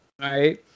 right